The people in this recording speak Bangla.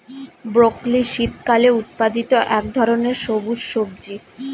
ব্রকলি শীতকালে উৎপাদিত এক ধরনের সবুজ সবজি